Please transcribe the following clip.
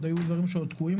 עוד היו דברים תקועים,